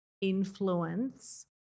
influence